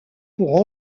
pour